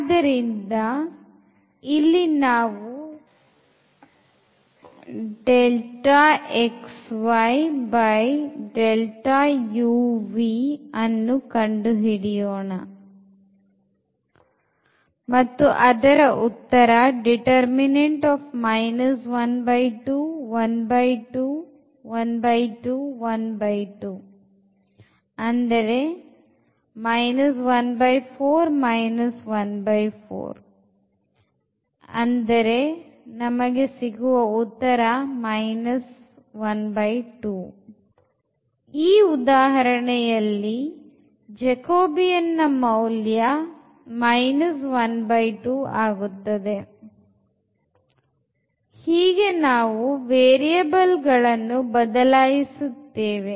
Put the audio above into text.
ಆದ್ದರಿಂದ ಇಲ್ಲಿ ನಾವು ಕಂಡುಹಿಡಿಯೋಣ ಈ ಉದಾಹರಣೆಯಲ್ಲಿ jacobian ನ ಮೌಲ್ಯ ಆಗುತ್ತದೆ ಹೀಗೆ ನಾವು ವೇರಿಯಬಲ್ಗಳನ್ನು ಬದಲಾಯಿಸುತ್ತೇವೆ